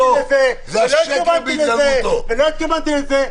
לזה ולא התכוונתי לזה ולא התכוונתי לזה.